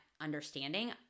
understanding